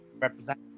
represent